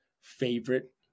favorite